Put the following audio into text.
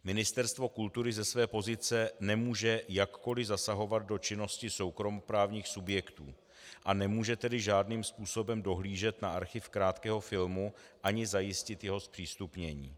Ministerstvo kultury ze své pozice nemůže jakkoli zasahovat do činnosti soukromoprávních subjektů, a nemůže tedy žádným způsobem dohlížet na archiv Krátkého filmu ani zajistit jeho zpřístupnění.